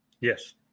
yes